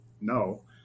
no